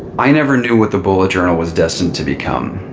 i never knew what the bullet journal was destined to become.